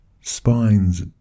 spines